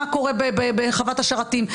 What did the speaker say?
מה קורה בחוות השרתים,